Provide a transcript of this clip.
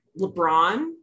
LeBron